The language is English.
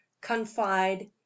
Confide